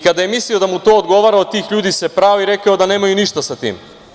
Kada je mislio da mu to odgovara, od tih ljudi se prao i rekao da nemaju ništa sa tim.